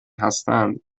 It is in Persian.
هستند